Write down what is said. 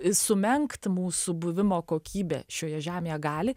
sumenkt mūsų buvimo kokybė šioje žemėje gali